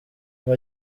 ngo